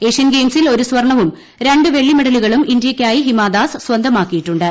Asian ഗെയിംസിൽ ഒരു സ്വർണ്ണവും രണ്ട് വെള്ളി മെഡലുകളും ഇന്ത്യക്കായി ഹിമദാസ് സ്വന്തമാക്കുകയുണ്ടായി